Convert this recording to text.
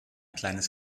kleines